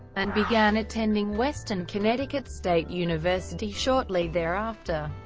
and began attending western connecticut state university shortly thereafter.